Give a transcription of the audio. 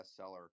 bestseller